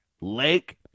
Lake